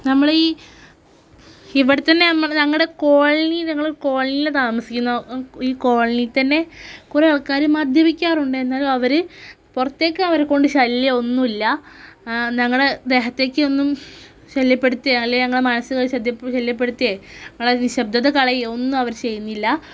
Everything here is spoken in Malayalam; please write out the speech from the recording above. നമ്മളീ ഇവിടെത്തന്നെ നമ്മുടെ ഞങ്ങളുടെ കോളനി കോളനിയിൽ താമസിക്കുന്നത് ഈ കോളനിയില് തന്നെ കുറേ ആള്ക്കാർ മദ്യപിക്കാറുണ്ട് എന്നാലും അവർ പുറത്തേക്ക് അവരെക്കൊണ്ട് ശല്യമൊന്നുമില്ല ഞങ്ങളുടെ ദേഹത്തേക്കൊന്നും ശല്യപ്പെടുത്തിയാൽ ഞങ്ങളുടെ മനസ്സിനെ ശല്യപ്പെടുത്തേ ഞങ്ങളുടെ നിശബ്ദത കളയുകയോ ഒന്നും അവർ ചെയ്യുന്നില്ല